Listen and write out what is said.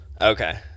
Okay